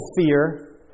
fear